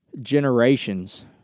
generations